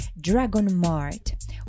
Dragonmart